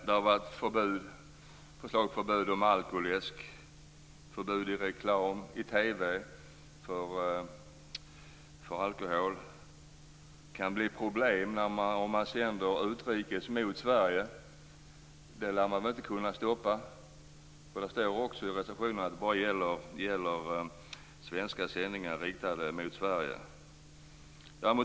Det har varit förslag till förbud mot alkoläsk, förbud mot reklam i TV om alkohol. Det kan bli problem när utrikes kanaler sänder mot Sverige. Det lär man inte kunna stoppa. Där står också något i reservationen om att det bara gäller svenska sändningar riktade mot Sverige.